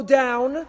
down